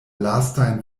lastajn